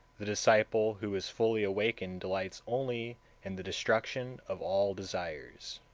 the disciple who is fully awakened delights only in the destruction of all desires.